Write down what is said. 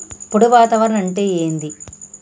పొడి వాతావరణం అంటే ఏంది?